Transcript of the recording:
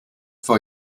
vor